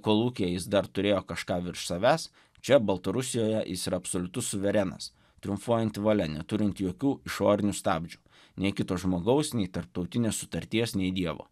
kolūkyje jis dar turėjo kažką virš savęs čia baltarusijoje jis yra absoliutus suverenas triumfuojanti valia neturinti jokių išorinių stabdžių nei kito žmogaus nei tarptautinės sutarties nei dievo